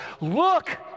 Look